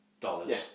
dollars